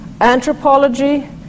anthropology